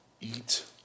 eat